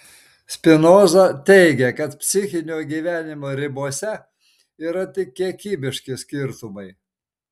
spinoza teigia kad psichinio gyvenimo ribose yra tik kiekybiški skirtumai